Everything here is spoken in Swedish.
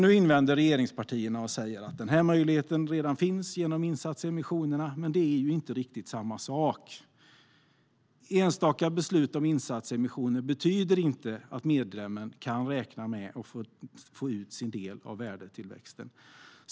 Nu invänder regeringspartierna och säger att den möjligheten redan finns genom insatsemission, men det är inte riktigt samma sak. Enstaka beslut om insatsemission betyder inte att medlemmen kan räkna med att få ut sin del av värdetillväxten.